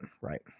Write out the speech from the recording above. right